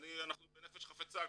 ואנחנו בנפש חפצה.